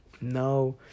no